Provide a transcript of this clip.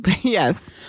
Yes